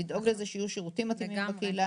לדאוג לזה שיהיו שירותים מתאימים בקהילה,